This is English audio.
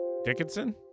Dickinson